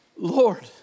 Lord